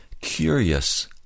Curious